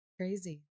Crazy